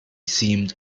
seemed